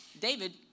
David